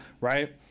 Right